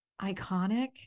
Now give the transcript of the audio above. iconic